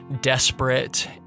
desperate